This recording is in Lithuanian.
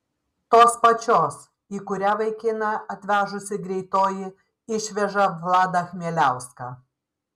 tos pačios į kurią vaikiną atvežusi greitoji išveža vladą chmieliauską